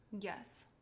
Yes